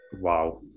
wow